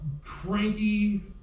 cranky